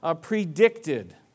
predicted